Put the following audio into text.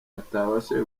atabashije